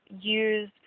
use